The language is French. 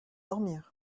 dormir